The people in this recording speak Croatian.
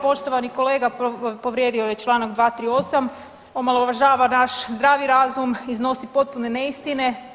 Poštovani kolega povrijedio je Članak 238., omalovažava naš zdravi razum, iznosi potpune neistine.